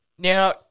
Now